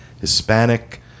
Hispanic